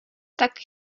tak